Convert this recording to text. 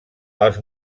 els